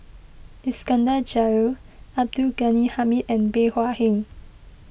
Iskandar Jalil Abdul Ghani Hamid and Bey Hua Heng